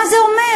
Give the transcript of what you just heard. מה זה אומר?